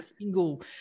single